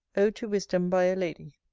ode to wisdom by a lady